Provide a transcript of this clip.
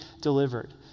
delivered